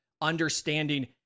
understanding